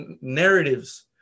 narratives